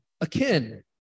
akin